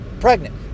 pregnant